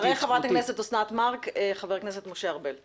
אחרי חברת הכנסת אוסנת מארק חבר הכנסת משה ארבל.